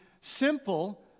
simple